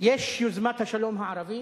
יש יוזמת השלום הערבית,